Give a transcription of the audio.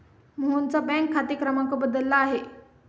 मोहनचा बँक खाते क्रमांक बदलला आहे